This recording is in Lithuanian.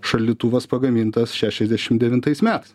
šaldytuvas pagamintas šešiasdešim devintais metais